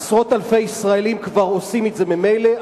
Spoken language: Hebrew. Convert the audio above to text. עשרות אלפי ישראלים כבר עושים את זה ממילא.